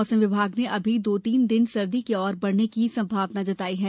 मौसम विभाग ने अभी दो तीन दिन सर्दी के और बढ़ने की संभावना जताई है